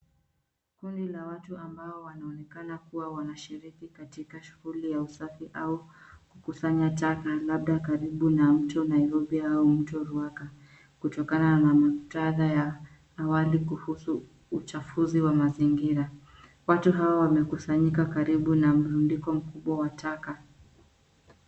Kundi la watu ambalo linaonekana kushiriki katika shughuli ya usafi au kukusanya taka labda karibu na mto Nairobi au mto Ruaka, kutokana na muktadha wa awali kuhusu uchafuzi wa mazingira. Watu hawa wamekusanyika karibu na mrundiko mkubwa wa taka.